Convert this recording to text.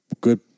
good